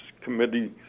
committee